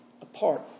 apart